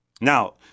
Now